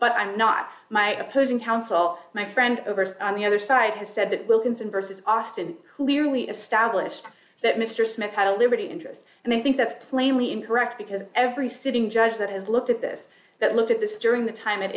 but i'm not my opposing counsel my friend over on the other side has said that wilkinson versus austin clearly established that mr smith had a liberty interest and i think that's plainly incorrect because every sitting judge that has looked at this that looked at this during the time